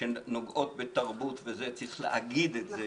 שנוגעות בתרבות צריך להגיד את זה.